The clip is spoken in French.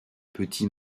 petit